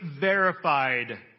verified